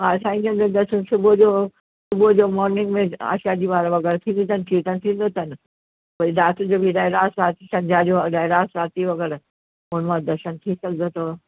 हा साईं जिनि जो दर्शन सुबुह जो सुबुह जो मॉर्निंग में आशा दी वार वग़ैरह थींदी अथनि कीर्तन थींदी अथनि वरी राति जो बि रहरास संझा जो रहरास आरिती वग़ैरह ओॾी महिल दर्शन थी सघंदा अथव